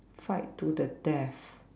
fight to the death